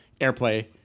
AirPlay